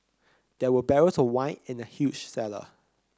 there were barrels of wine in the huge cellar